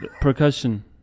Percussion